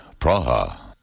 Praha